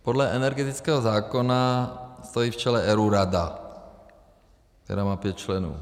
Podle energetického zákona stojí v čele ERÚ rada, která má pět členů.